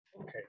Okay